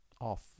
off